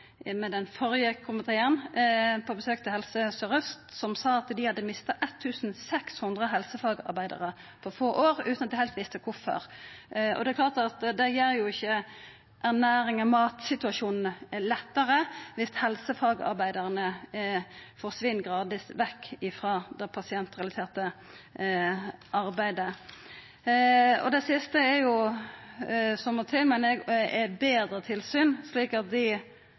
på besøk hos Helse Sør-Aust, som sa at dei hadde mista 1 600 helsefagarbeidarar på få år, utan at dei heilt visste kvifor. Det er klart at det gjer ikkje ernærings- og matsituasjonen lettare at helsefagarbeidarane forsvinn gradvis vekk frå det pasientrelaterte arbeidet. Det siste som må til, meiner eg, er betre tilsyn, slik at dei